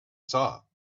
saw